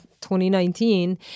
2019